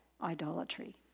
idolatry